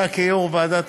אתה כיו"ר ועדת